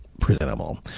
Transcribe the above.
presentable